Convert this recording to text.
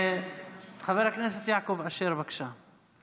חבר הכנסת יעקב אשר, בבקשה.